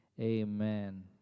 amen